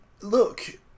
look